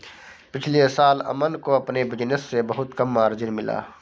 पिछले साल अमन को अपने बिज़नेस से बहुत कम मार्जिन मिला